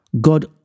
God